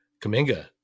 Kaminga